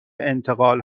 انتقال